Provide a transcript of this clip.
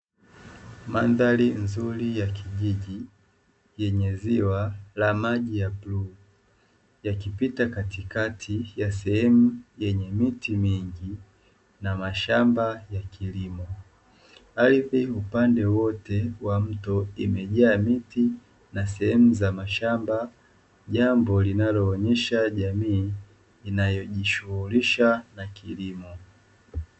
Mandhari nzuri ya kijiji yenye ziwa la maji ya bluu yakipita katikati ya sehemu yenye miti mingi na mashamba ya kilimo, ardhi upande wote wa mto imejaa miti na sehemu za mashamba jambo linaloonyesha jamii inayojishuhulisha na kilimo.